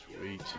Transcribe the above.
Sweet